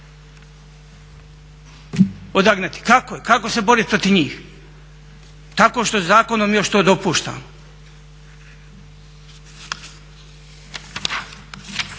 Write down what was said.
odagnati, kako se boriti protiv njih? Tako što zakonom još to dopuštamo.